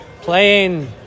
playing